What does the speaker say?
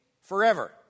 forever